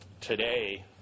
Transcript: today